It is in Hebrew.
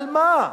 על מה?